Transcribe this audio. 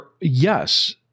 Yes